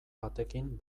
batekin